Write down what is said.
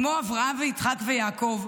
כמו אברהם ויצחק ויעקב,